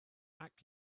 act